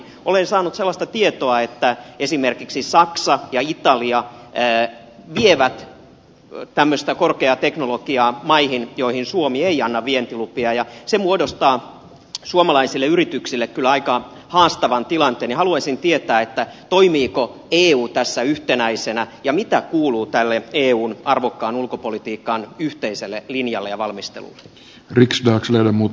olen saanut sellaista tietoa että esimerkiksi saksa ja italia vievät tämmöistä korkeaa teknologiaa maihin joihin suomi ei anna vientilupia ja se muodostaa suomalaisille yrityksille kyllä aika haastavan tilanteen ja haluaisin tietää toimiiko eu tässä yhtenäisenä ja mitä kuuluu tälle eun arvokkaan ulkopolitiikan yhteiselle linjalle ja valmistelulle